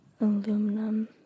aluminum